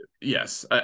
yes